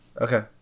Okay